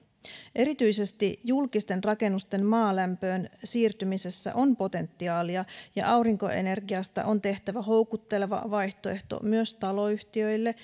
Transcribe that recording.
erityisesti julkisten rakennusten maalämpöön siirtymisessä on potentiaalia ja aurinkoenergiasta on tehtävä houkutteleva vaihtoehto myös taloyhtiöille